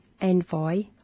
envoy